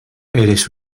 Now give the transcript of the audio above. eres